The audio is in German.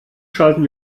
schalten